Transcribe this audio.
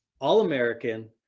All-American